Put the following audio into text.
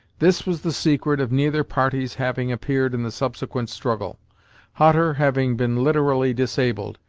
this was the secret of neither party's having appeared in the subsequent struggle hutter having been literally disabled,